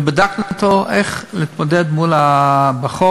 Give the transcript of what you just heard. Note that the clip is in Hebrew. ובדקנו אתו איך להתמודד עם החורף,